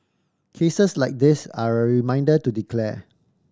cases like this are a reminder to declare